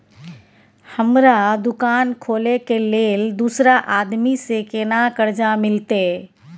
हमरा दुकान खोले के लेल दूसरा आदमी से केना कर्जा मिलते?